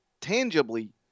tangibly